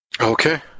Okay